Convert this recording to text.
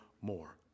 more